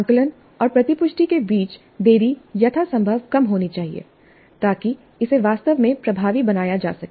आकलन और प्रतिपुष्टि के बीच देरी यथासंभव कम होनी चाहिए ताकि इसे वास्तव में प्रभावी बनाया जा सके